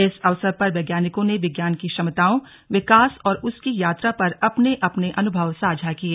इस अवसर पर वैज्ञानिकों ने विज्ञान की क्षमताओं विकास और उसकी यात्रा पर अपने अपने अनुभव साझा किए